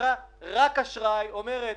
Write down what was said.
שבחרה רק אשראי, אומרת: